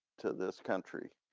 to this country.